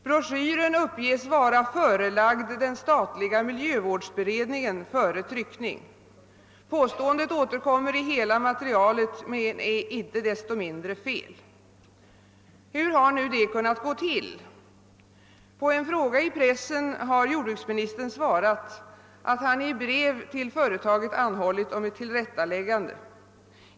Broschyren uppges vara »förelagd den statliga Miljövårdsberedningen före tryckning». Påståendet återkommer i hela materialet men är icke desto mindre felaktigt. Hur har nu detta kunnat ske? På en fråga i pressen har jordbruksministern svarat, att han i brev till företaget anhållit om ett tillrättaläggande.